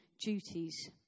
duties